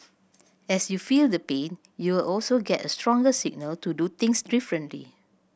as you feel the pain you will also get a stronger signal to do things differently